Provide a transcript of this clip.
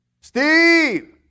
Steve